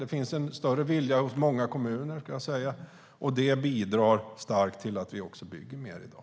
Det finns en större vilja hos många kommuner, ska jag säga. Det bidrar starkt till att vi också bygger mer i dag.